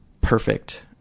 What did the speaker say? perfect